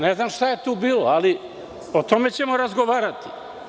Ne znam šta je tu bilo, ali o tome ćemo razgovarati.